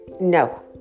no